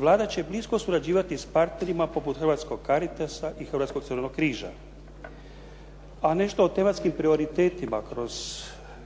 Vlada će blisko surađivati s partnerima poput Hrvatskog caritasa i Hrvatskog crvenog križa. A nešto o tematskim prioritetima kroz to